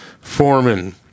Foreman